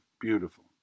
beautiful